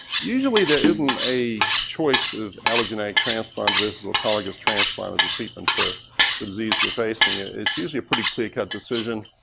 usually there isn't a choice of allogeneic transplant versus autologous transplant as a treatment for the disease we're facing. it's usually a pretty clear cut decision,